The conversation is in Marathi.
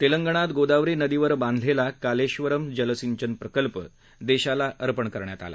तेलगणात गोदावरी नदीवर बांधलती कालधरेम जलसिंचन प्रकल्प दक्षीला अर्पण करण्यात आला